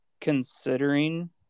considering